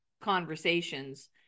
conversations